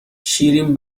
شیرین